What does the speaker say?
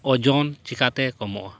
ᱳᱡᱳᱱ ᱪᱤᱠᱟᱛᱮ ᱠᱚᱢᱚᱜᱼᱟ